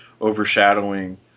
overshadowing